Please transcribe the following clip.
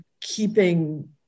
keeping